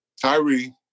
Tyree